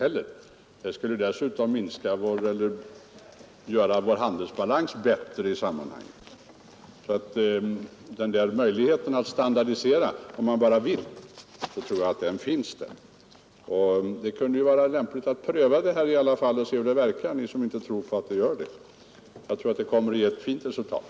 Och dessutom skulle det ju göra vår handelsbalans bättre. Möjligheterna att standardisera och förenkla tror jag därför finns, om man bara vill. Det kunde väl vara lämpligt att pröva systemet även för er som inte tror att det skulle fungera. Själv tror jag att det kommer att ge ett fint resultat.